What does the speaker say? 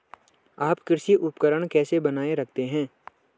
आप कृषि उपकरण कैसे बनाए रखते हैं?